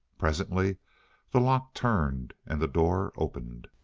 presently the lock turned and the door opened.